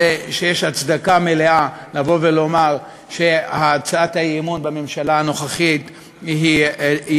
הרי שיש הצדקה מלאה לבוא ולומר שהצעת האי-אמון בממשלה הנוכחית תקפה.